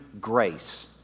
grace